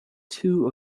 two